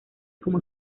como